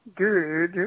good